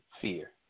fear